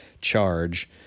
charge